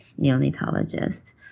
neonatologist